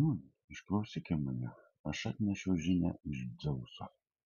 nūn išklausyki mane aš atnešiau žinią iš dzeuso